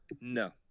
No